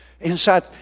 inside